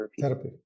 Therapy